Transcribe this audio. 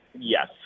Yes